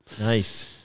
nice